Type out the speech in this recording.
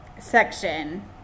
section